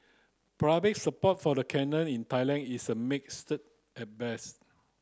public support for the canal in Thailand is a mixed at best